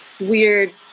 weird